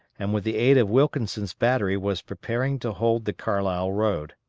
and with the aid of wilkinson's battery was preparing to hold the carlisle road.